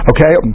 Okay